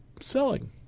selling